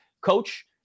coach